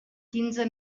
quinze